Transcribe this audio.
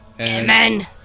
amen